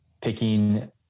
picking